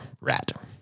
rat